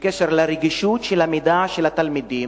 בעניין רגישות המידע של התלמידים: